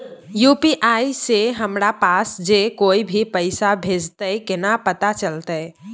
UPI से हमरा पास जे कोय भी पैसा भेजतय केना पता चलते?